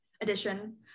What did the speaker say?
edition